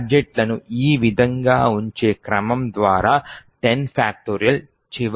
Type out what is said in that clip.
గాడ్జెట్లను ఈ విధంగా ఉంచే క్రమం ద్వారా 10